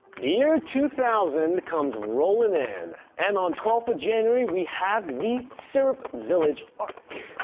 the year two thousand comes rolling and and on twelfth january we have the syrup village arc,